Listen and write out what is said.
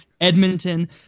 Edmonton